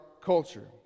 culture